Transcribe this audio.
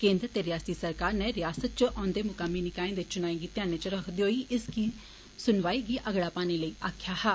केन्द्र ते रियासती सरकार नै रियासत च औन्दे मुकामी निकाए दे चुनाएं गी ध्यानै च रक्खदे होई इस दी सुनवाई गी अगड़ा पाने लेई आक्खेआ हा